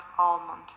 almond